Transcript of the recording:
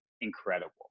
incredible